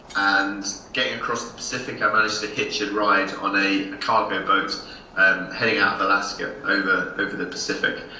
and getting across the pacific i managed to hitch a ride on a a cargo boat um hanging out in alaska over over the pacific.